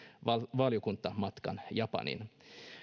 valiokuntamatkan japaniin